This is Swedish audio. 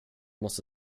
måste